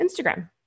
Instagram